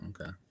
okay